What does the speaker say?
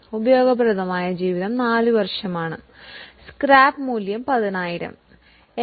ഇത് ഉപയോഗപ്രദമായ ലൈഫ് 4 വർഷമാണ് സ്ക്രാപ്പ് മൂല്യം 10000 എന്ന് പറയട്ടെ